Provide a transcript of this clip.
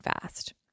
fast